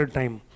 time